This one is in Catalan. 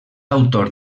autor